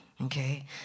Okay